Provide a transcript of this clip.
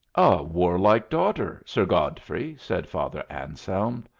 a warlike daughter, sir godfrey! said father anselm.